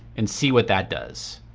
and see what that does.